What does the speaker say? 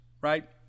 right